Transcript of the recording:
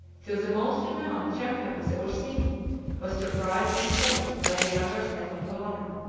till the most renowned champion of the ursini was surprised and slain by the younger stephen colonna.